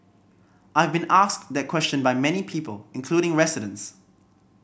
I've been asked that question by many people including residents